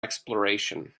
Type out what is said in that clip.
exploration